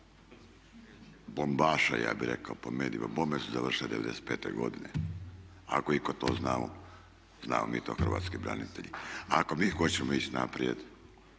bombaše ja bih rekao po medijima, bombe su završile '95. godine, ako itko to zna znamo mi to hrvatski branitelji. Ako mi hoćemo ići naprijed